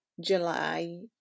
July